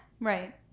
Right